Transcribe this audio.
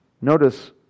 notice